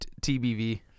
TBV